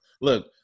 look